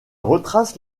retrace